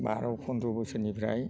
बार' फनद्र' बोसोरनिफ्राय